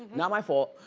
not my fault.